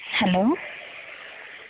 hello